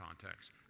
context